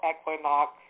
Equinox